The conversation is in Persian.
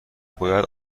باید